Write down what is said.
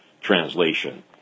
translation